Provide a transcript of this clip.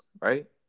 right